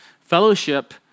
Fellowship